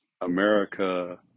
America